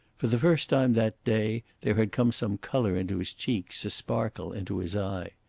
for the first time that day there had come some colour into his cheeks, a sparkle into his eye.